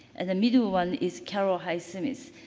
and the middle one is carol highsmith's.